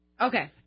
Okay